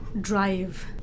drive